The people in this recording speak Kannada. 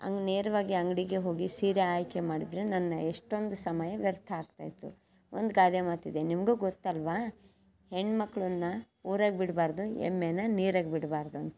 ಹಂಗ್ ನೇರವಾಗಿ ಅಂಗಡಿಗೆ ಹೋಗಿ ಸೀರೆ ಆಯ್ಕೆ ಮಾಡಿದರೆ ನನ್ನ ಎಷ್ಟೊಂದು ಸಮಯ ವ್ಯರ್ಥ ಆಗ್ತಾ ಇತ್ತು ಒಂದು ಗಾದೆ ಮಾತಿದೆ ನಿಮಗೂ ಗೊತ್ತಲ್ಲವಾ ಹೆಣ್ಮಕ್ಳನ್ನ ಊರಾಗೆ ಬಿಡಬಾರ್ದು ಎಮ್ಮೆನಾ ನೀರಾಗೆ ಬಿಡಬಾರ್ದು ಅಂತ